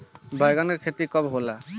बैंगन के खेती कब होला?